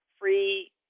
free